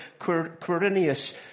Quirinius